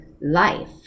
life